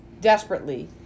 desperately